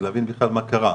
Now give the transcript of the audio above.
זה להבין בכלל מה קרה.